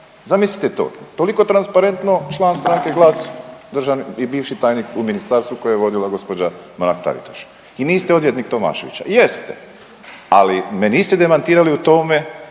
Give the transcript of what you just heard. Zamislite to, toliko transparentno član stranke GLAS, državni i bivši tajnik u ministarstvu koje je vodila gospođa Mrak Taritaš. I niste Tomaševića, jeste. Ali me niste demantirali u tome